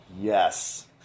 yes